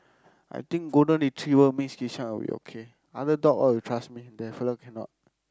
I think golden retriever means Kishan will be okay other dog all you trust me that fella cannot